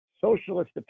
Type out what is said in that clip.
socialist